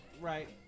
right